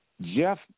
Jeff